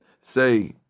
say